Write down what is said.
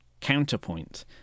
Counterpoint